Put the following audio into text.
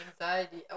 anxiety